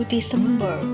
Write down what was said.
December